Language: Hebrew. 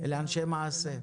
אלה אנשי מעשה.